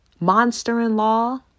Monster-in-law